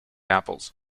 apples